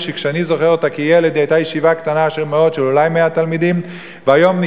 אני לא יודע על נשיא אוניברסיטה אחד בעולם, ודאי